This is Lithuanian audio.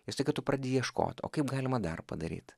ir staiga tu pradedi ieškot kaip galima dar padaryt